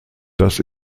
das